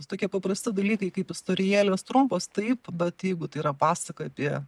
tokie paprasti dalykai kaip istorijėlės trumpos taip bet jeigu tai yra pasaka apie